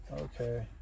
Okay